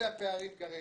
אלה הפערים כרגע.